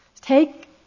Take